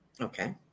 Okay